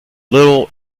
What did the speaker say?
little